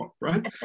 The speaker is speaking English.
right